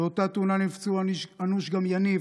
באותה תאונה נפצעו אנוש גם יניב,